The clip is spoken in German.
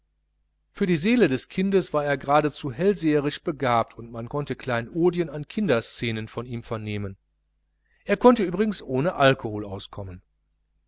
für die seele des kindes war er geradezu hellseherisch begabt und man konnte kleinodien an kinderscenen von ihm vernehmen er konnte übrigens ohne alkohol auskommen